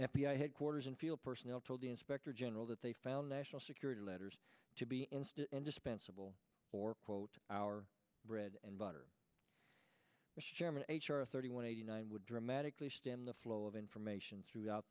i headquarters and feel personnel told the inspector general that they found national security letters to be instant indispensable for quote our bread and butter mr chairman h r thirty one eighty nine would dramatically stem the flow of information throughout